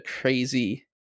crazy